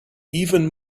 even